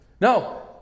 No